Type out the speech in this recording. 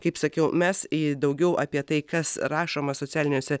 kaip sakiau mes daugiau apie tai kas rašoma socialiniuose